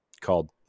called